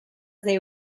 they